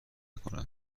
کنم